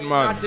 Man